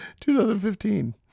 2015